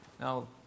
Now